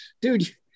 dude